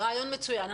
רעיון מצוין.